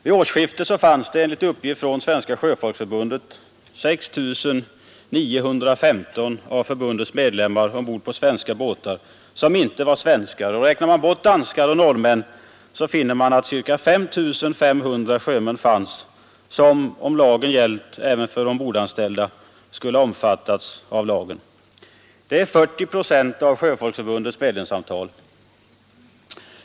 Vid årsskiftet fanns, enligt uppgift från Svenska sjöfolksförbundet, ombord på svenska båtar 6 915 av förbundets medlemmar som inte var svenskar. Räknar man bort danskar och norrmän, finner man att ca 5 500 sjömän om lagen gällt även för ombordanställda skulle ha omfattats av den. Det är 40 procent av Sjöfolksförbundets medlemsantal.